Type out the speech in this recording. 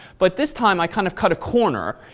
but this time i kind of cut a corner.